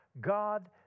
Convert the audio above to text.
God